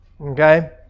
okay